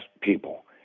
people